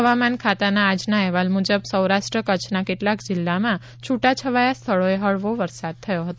હવામાન ખાતાના આજના અહેવાલ મુજબ સૌરાષ્ટ્ર કચ્છના કેટલાંક જિલ્લામાં છૂટા છવાયા સ્થળોએ હળવો વરસાદ થયો હતો